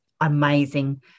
amazing